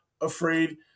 afraid